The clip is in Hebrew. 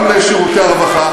גם לשירותי הרווחה,